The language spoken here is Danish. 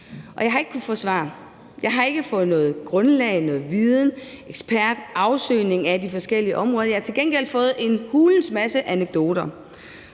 men jeg har ikke kunnet få svar. Jeg har ikke fået noget grundlag, noget viden eller nogen ekspertundersøgelse af de forskellige områder. Jeg har til gengæld fået en hulens masse anekdoter,